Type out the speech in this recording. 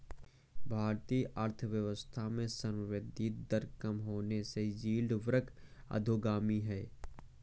भारतीय अर्थव्यवस्था में संवृद्धि दर कम होने से यील्ड वक्र अधोगामी है